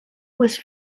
was